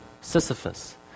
Sisyphus